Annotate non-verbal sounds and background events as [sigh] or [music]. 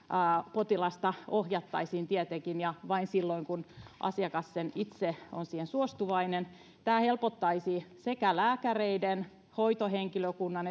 potilasta ohjattaisiin ja vain silloin kun asiakas itse on siihen suostuvainen tämä helpottaisi sekä lääkäreiden hoitohenkilökunnan [unintelligible]